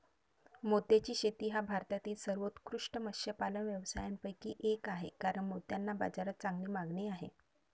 मोत्याची शेती हा भारतातील सर्वोत्कृष्ट मत्स्यपालन व्यवसायांपैकी एक आहे कारण मोत्यांना बाजारात चांगली मागणी आहे